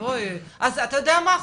אתה יודע מה,